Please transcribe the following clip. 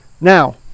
Now